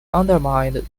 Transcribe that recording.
undermined